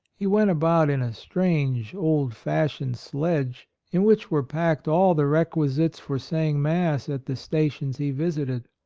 he went about in a strange old-fashioned sledge, in which were packed all the requisites for saying mass at the stations he visited.